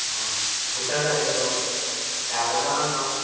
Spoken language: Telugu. కూర్చోండి కాసేపు పేపర్ కావాలంటే చూడండి